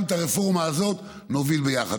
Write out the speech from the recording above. גם את הרפורמה הזאת נוביל ביחד.